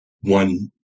one